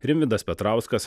rimvydas petrauskas